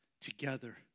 together